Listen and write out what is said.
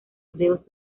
burdeos